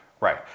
Right